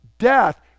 Death